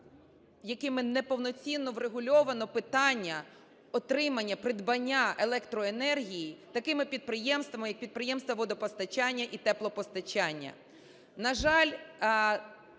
якими неповноцінно врегульовано питання отримання, придбання електроенергії такими підприємствами, як підприємства водопостачання і теплопостачання.